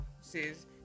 says